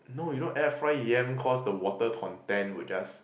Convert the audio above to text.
no you don't air fry yam cause the water content would just